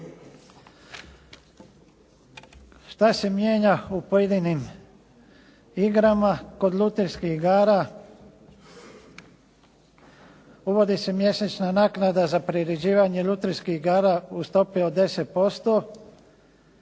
Šta se mijenja u pojedinim igrama kod lutrijskih igara? Uvodi se mjesečna naknada za priređivanje lutrijskih igara u stopi od 10%.